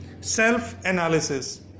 self-analysis